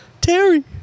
Terry